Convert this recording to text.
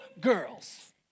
girls